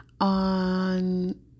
on